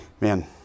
man